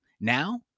Now